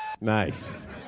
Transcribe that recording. Nice